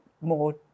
more